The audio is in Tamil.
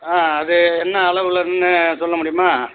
ஆ அது என்ன அளவில் இருக்குதுன்னு சொல்ல முடியுமா